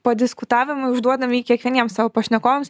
padiskutavimui užduodam jį kiekvieniems savo pašnekovams